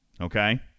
Okay